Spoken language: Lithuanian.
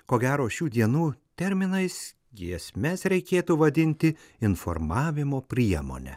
ko gero šių dienų terminais giesmes reikėtų vadinti informavimo priemone